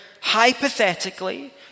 hypothetically